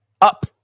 up